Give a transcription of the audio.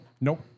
nope